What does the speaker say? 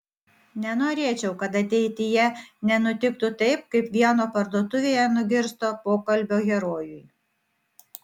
nenorėčiau kad ateityje nenutiktų taip kaip vieno parduotuvėje nugirsto pokalbio herojui